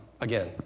Again